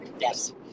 Yes